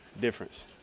difference